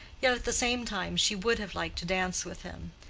yet at the same time she would have liked to dance with him.